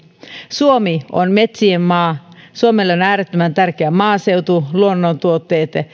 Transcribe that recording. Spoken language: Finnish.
suomi on metsien maa suomelle on äärettömän tärkeää maaseutu luonnontuotteet